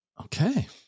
Okay